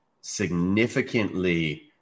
significantly